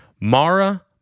Mara